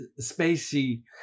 spacey